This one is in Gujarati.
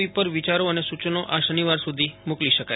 વી પર વિયારો અને સૂચનો આ શનિવાર સુધી મોકલી શકે છે